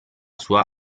sua